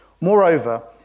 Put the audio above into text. Moreover